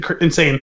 insane